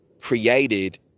created